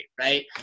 right